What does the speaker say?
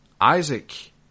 Isaac